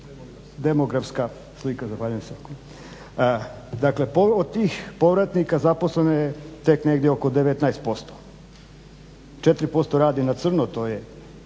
demografska slika. Dakle, od tih povratnika zaposlena je tek negdje oko 19%, 4% radi na crno to je